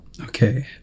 Okay